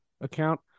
account